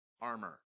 armor